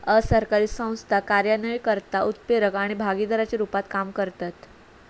असरकारी संस्था कार्यान्वयनकर्ता, उत्प्रेरक आणि भागीदाराच्या रुपात काम करतत